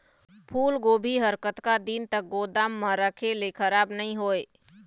फूलगोभी हर कतका दिन तक गोदाम म रखे ले खराब नई होय?